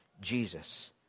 Jesus